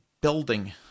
building